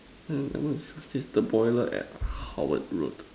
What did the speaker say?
I'm gonna search this the boiler at Howard road